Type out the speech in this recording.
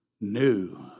new